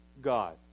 God